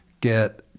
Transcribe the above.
get